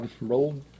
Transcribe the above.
Rolled